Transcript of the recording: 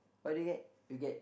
what do you get you get